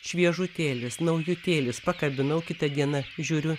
šviežutėlis naujutėlis pakabinau kitą dieną žiūriu